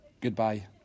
goodbye